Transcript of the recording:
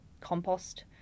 compost